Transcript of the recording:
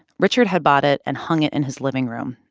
richard had bought it and hung it in his living room,